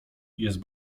jest